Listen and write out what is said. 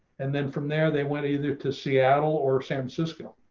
and then from there, they went, either to seattle or san francisco.